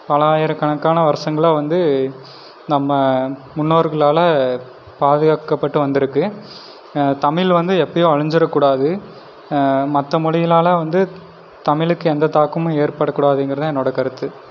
பலாயிரக்கணக்கான வருஷங்களாக வந்து நம்ம முன்னோர்களால் பாதுகாக்கப்பட்டு வந்துருக்கு தமிழ் வந்து எப்பையும் அழிஞ்சிரக்கூடாது மற்ற மொழிகளால் வந்து தமிழுக்கு எந்த தாக்கமும் ஏற்படக்கூடாதுங்கிறது தான் என்னோட கருத்து